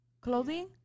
clothing